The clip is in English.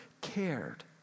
cared